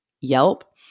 yelp